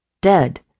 dead